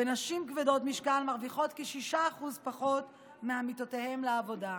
ונשים כבדות משקל מרוויחות כ-6% פחות מעמיתותיהן לעבודה.